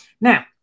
Now